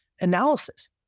analysis